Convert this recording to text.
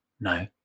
No